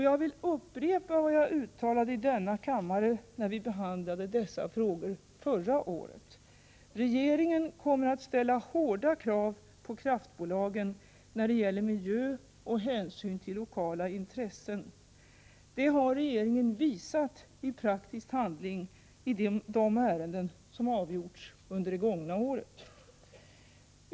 Jag vill upprepa vad jag uttalade i denna kammare, när vi behandlade dessa frågor förra året: Regeringen kommer att ställa hårda krav på kraftbolagen när det gäller miljö och hänsyn till lokala intressen. Det har regeringen visat i praktisk handling i de ärenden som har avgjorts under det gångna året.